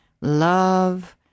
love